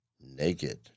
naked